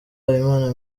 habimana